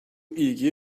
ilgi